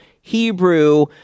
Hebrew